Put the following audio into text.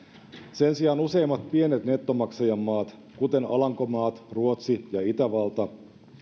sen sijaan useimmat pienet nettomaksajamaat kuten alankomaat ruotsi ja itävalta